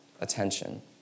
attention